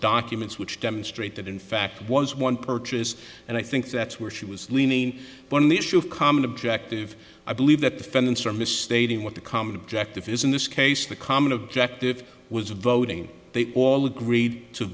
documents which demonstrate that in fact was one purchase and i think that's where she was leaning in one of the issue of common objective i believe that the fencer misstating what the common objective is in this case the common objective was voting they all agreed to